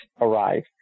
arrive